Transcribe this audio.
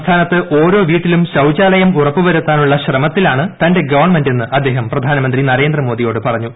സംസ്ഥാനത്ത് ഓരോ വീട്ടിലും ശൌചാലയം ഉറപ്പുവരുത്താനുള്ള ശ്രമത്തിലാണ് തന്റെ ഗവൺമെന്റ് എന്ന് അദ്ദേഹം പ്രധാനമന്ത്രി നരേന്ദ്രമോദിയോട് പറഞ്ഞു